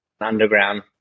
underground